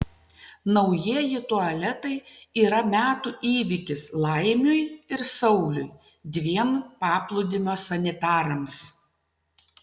naujieji tualetai yra metų įvykis laimiui ir sauliui dviem paplūdimio sanitarams